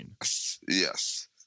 yes